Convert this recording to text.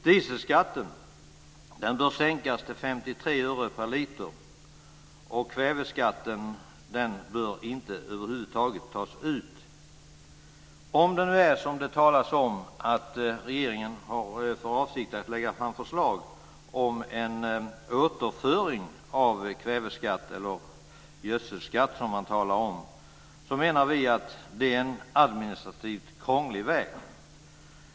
Dieselskatten bör sänkas till 53 öre per liter, och kväveskatten bör över huvud taget inte tas ut. Om det är så som det sägs att regeringen har för avsikt att lägga fram förslag om en återföring av kväveskatten och gödselskatten, menar vi att det är en administrativt krånglig väg.